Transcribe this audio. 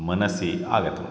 मनसि आगतम्